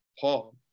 paul